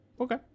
Okay